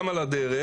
גם על הדרך,